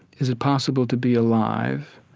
is it possible to be alive,